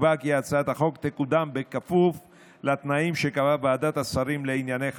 נקבע כי הצעת החוק תקודם בכפוף לתנאים שקבעה ועדת השרים לענייני חקיקה,